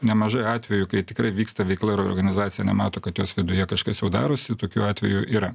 nemažai atvejų kai tikrai vyksta veikla ir organizacija nemato kad jos viduje kažkas jau darosi tokių atvejų yra